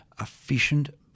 efficient